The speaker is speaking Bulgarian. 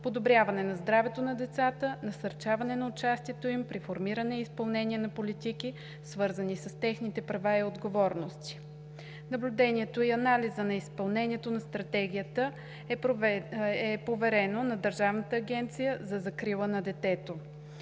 подобряване на здравето на децата; насърчаване на участието им при формиране и изпълнение на политики, свързани с техните права и отговорности; наблюдението и анализът на изпълнението на Стратегията е поверено на Държавната Агенция за закрила на детето.